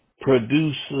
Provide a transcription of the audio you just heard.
produces